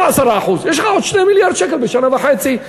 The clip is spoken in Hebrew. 10%. יש לך עוד 2 מיליארד שקל בשנה וחצי.